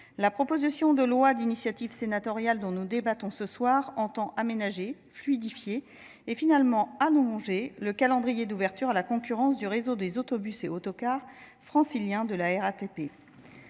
la proposition de loi d’initiative sénatoriale dont nous débattons ce soir entend aménager, fluidifier et finalement allonger le calendrier d’ouverture à la concurrence du réseau des autobus et autocars franciliens de la RATP.